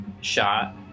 shot